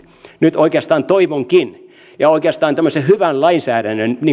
nyt toivonkin ja oikeastaan hyvän lainsäädännön